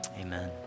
Amen